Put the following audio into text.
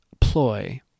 ploy